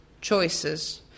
choices